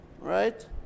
right